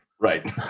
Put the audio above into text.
Right